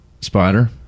spider